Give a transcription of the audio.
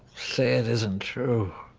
say it isn't true.